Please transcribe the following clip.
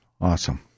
Awesome